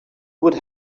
would